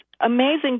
amazing